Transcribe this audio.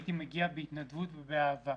והייתי מגיע בהתנדבות ובאהבה.